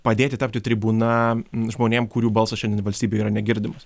padėti tapti tribūna žmonėm kurių balsas šiandien valstybėje yra negirdimas